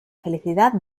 felicidad